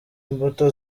imbuto